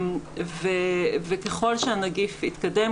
וככל שהנגיף התקדם,